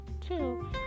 Two